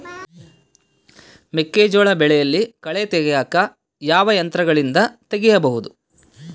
ಮೆಕ್ಕೆಜೋಳ ಬೆಳೆಯಲ್ಲಿ ಕಳೆ ತೆಗಿಯಾಕ ಯಾವ ಯಂತ್ರಗಳಿಂದ ತೆಗಿಬಹುದು?